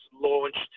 launched